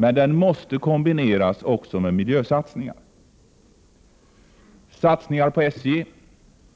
Men åtstramningen måste kombineras med miljösatsningar, dvs. satsningar på SJ,